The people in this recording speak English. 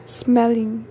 smelling